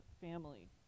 family